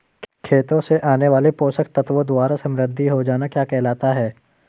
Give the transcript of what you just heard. खेतों से आने वाले पोषक तत्वों द्वारा समृद्धि हो जाना क्या कहलाता है?